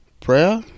prayer